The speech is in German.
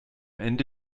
ende